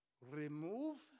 remove